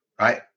right